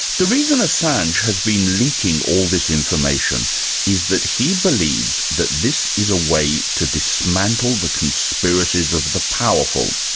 the reason assange has been leaking all this information is that he believes that this is a way to dismantle the conspiracies of the powerful,